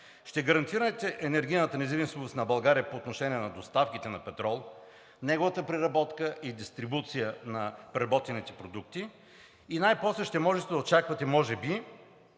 ще гарантирате енергийната независимост на България по отношение на доставките на петрол, неговата преработка и дистрибуция на преработените продукти и най-после ще можете да очаквате може би